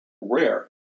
rare